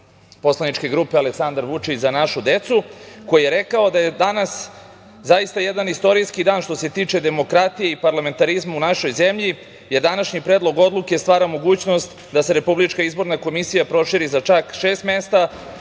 poslaničke grupe Aleksandar Vučić – Za našu decu, koji je rekao da je danas zaista jedan istorijski dan što se tiče demokratije i parlamentarizma u našoj zemlji, jer današnji predlog odluke stvara mogućnost da se RIK proširi za čak šest mesta